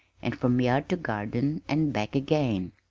and from yard to garden and back again.